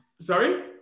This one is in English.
Sorry